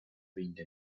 veinte